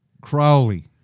Crowley